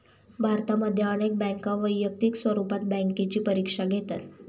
भारतामध्ये अनेक बँका वैयक्तिक स्वरूपात बँकेची परीक्षा घेतात